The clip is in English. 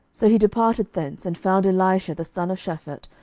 so he departed thence, and found elisha the son of shaphat,